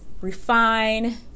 refine